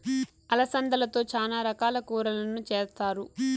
అలసందలతో చానా రకాల కూరలను చేస్తారు